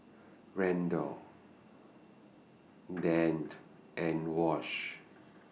Randal Dante and Wash